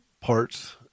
parts